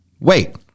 wait